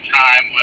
time